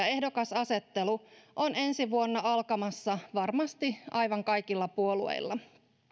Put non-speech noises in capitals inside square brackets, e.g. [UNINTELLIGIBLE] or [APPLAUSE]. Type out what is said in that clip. [UNINTELLIGIBLE] ehdokasasettelu on ensi vuonna alkamassa varmasti aivan kaikilla puolueilla